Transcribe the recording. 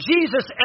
Jesus